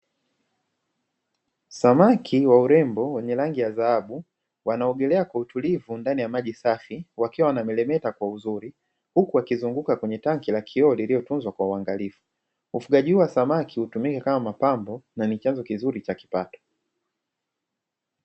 Samaki wa urembo wenye rangi ya dhahabu wanaogelea kwa utulivu ndani ya maji safi, wakiwa wanamelemeta kwa uzuri, huku wakizunguka kwenye tanki la kioo lililotunzwa kwa uangalifu. Ufugaji huu wa samaki hutumika kama mapambo na ni chanzo kizuri cha kipato.